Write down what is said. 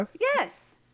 Yes